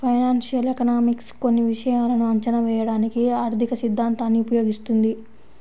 financial economics కొన్ని విషయాలను అంచనా వేయడానికి ఆర్థికసిద్ధాంతాన్ని ఉపయోగిస్తుంది